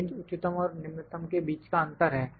range उच्चतम और निम्नतम के बीच का अंतर है